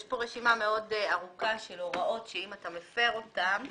זה יהיה כי זו שאלה שלא נוגעת כל כך לגמ"חים אלא לנושא האידיאולוגי.